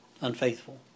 unfaithful